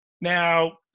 Now